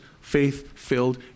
faith-filled